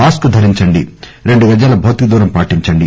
mask ధరించండి రెండు గజాల భౌతిక దూరం పాటించండి